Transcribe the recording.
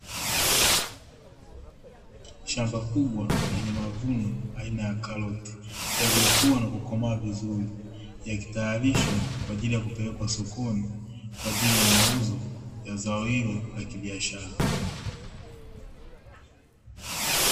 Shamba kubwa lenye mavuno aina ya karoti yaliyokuwa yamekomaa vizuri yakitayarishwa, kwa ajili ya kupelekwa sokoni kwa ajili ya mauzo ya zao hilo la kibiashara.